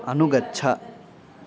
अनुगच्छ